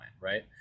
Right